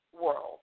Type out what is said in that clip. world